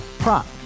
Prop